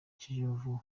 kiyovu